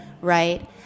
right